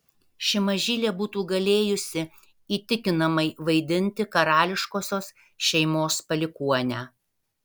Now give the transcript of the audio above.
ši mažylė būtų galėjusi įtikinamai vaidinti karališkosios šeimos palikuonę